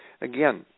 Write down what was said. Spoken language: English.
Again